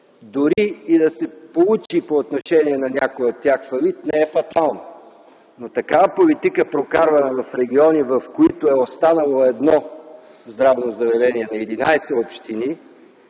дори и да се получи по отношение на някое от тях фалит, не е фатално, но такава политика, прокарвана в региони, в които е останало едно здравно заведение на 11 общини,